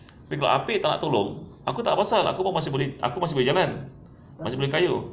tapi kalau apek tak tolong aku tak pasal aku pun masih boleh aku masih boleh jalan masih boleh kayuh